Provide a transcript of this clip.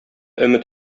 өмет